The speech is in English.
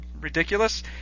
ridiculous